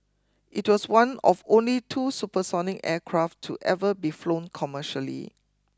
it was one of only two supersonic aircraft to ever be flown commercially